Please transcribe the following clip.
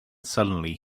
suddenly